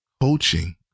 Coaching